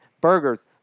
burgers